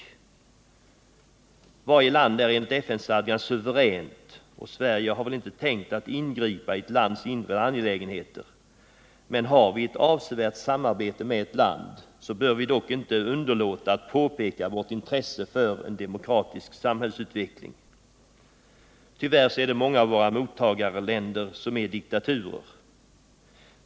Varje land är enligt FN-stadgan suveränt, och Sverige har väl inte tänkt att ingripa i ett lands inre angelägenheter. Men har vi ett avsevärt samarbete med ett land, så bör vi inte underlåta att påpeka vårt intresse för en demokratisk samhällsutveckling. Tyvärr är det många av våra mottagarländer som är diktaturer.